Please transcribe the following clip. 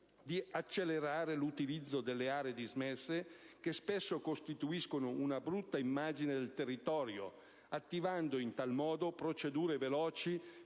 di accelerare l'utilizzo delle aree dismesse, che spesso costituiscono una brutta immagine del territorio, attivando in tal modo procedure veloci